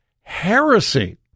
heresy